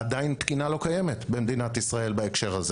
עדיין לא קיימת במדינת ישראל בהקשר זה